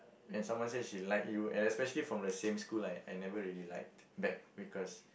when someone said she like you and especially from the same school I never really liked back because